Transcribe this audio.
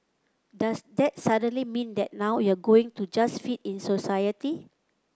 does that suddenly mean that now you're going to just fit in society